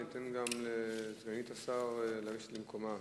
ניתן גם לסגנית השר לגשת למקומה